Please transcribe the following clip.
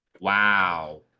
Wow